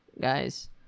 guys